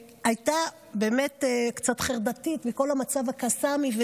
שהייתה באמת קצת חרדתית מכל המצב הקסאמי,